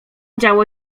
działo